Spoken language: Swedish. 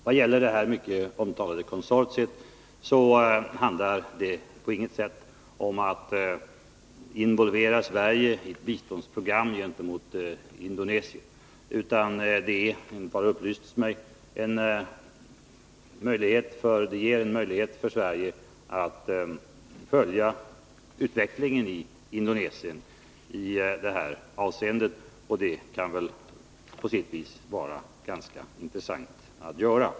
Vad gäller det mycket omtalade konsortiet handlar det på inget sätt om att involvera Sverige i ett biståndsprogram för Indonesien. Det är — har det upplysts mig— en möjlighet för Sverige att följa utvecklingen i Indonesien och det kan vara ganska intressant.